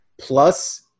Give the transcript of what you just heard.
plus